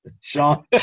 Sean